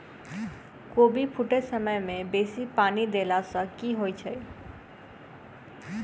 कोबी फूटै समय मे बेसी पानि देला सऽ की होइ छै?